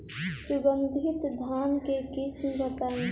सुगंधित धान के किस्म बताई?